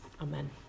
Amen